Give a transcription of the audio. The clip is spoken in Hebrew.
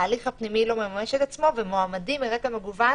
ההליך הפנימי לא מממש את עצמו ומועמדים מרקע מגוון